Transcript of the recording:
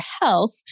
health